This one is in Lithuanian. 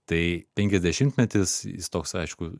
tai penkiasdešimtmetis jis toks aišku